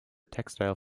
textile